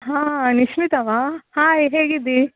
ಹಾಂ ನಿಶ್ಮಿತವಾ ಹಾಯ್ ಹೇಗಿದ್ದಿ